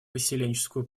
поселенческую